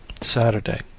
Saturday